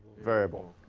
variable.